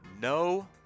no